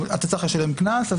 אתה צריך לשלם קנס,